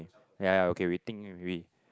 ya ya okay we think we